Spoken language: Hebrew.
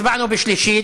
הצבענו בשלישית,